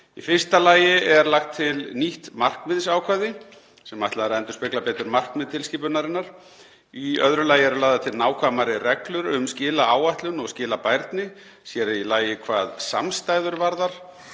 Í fyrsta lagi er lagt til nýtt markmiðsákvæði sem ætlað er að endurspegla betur markmið tilskipunarinnar. Í öðru lagi eru lagðar til nákvæmari reglur um skilaáætlun og skilabærni, sér í lagi hvað samstæður varðar.